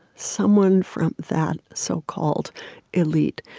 someone from that so-called elite,